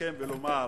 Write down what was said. לסכם ולומר